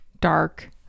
dark